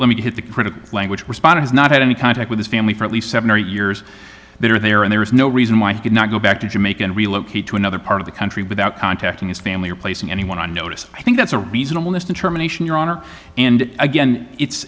the critical language responder has not had any contact with his family for at least seven or eight years that are there and there is no reason why he could not go back to jamaica and relocate to another part of the country without contacting his family or placing anyone on notice i think that's a reasonable distance germination your honor and again it's